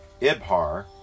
Ibhar